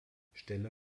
stelle